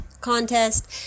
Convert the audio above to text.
contest